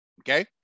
okay